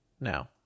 now